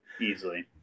Easily